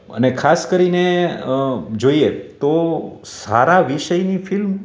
અને ખાસ કરીને જોઈએ તો સારા વિષયની ફિલ્મ